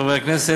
חברי הכנסת,